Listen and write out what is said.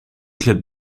club